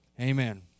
Amen